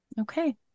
Okay